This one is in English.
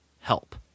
help